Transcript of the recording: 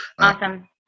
Awesome